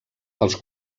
els